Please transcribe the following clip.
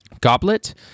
Goblet